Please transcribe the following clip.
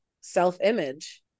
self-image